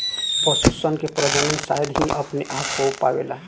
पशु सन के प्रजनन शायद ही अपने आप हो पावेला